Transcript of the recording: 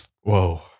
Whoa